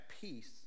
peace